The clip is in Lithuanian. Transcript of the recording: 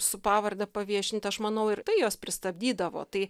su pavarde paviešinti aš manau ir tai juos pristabdydavo tai